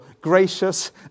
gracious